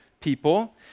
people